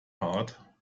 hard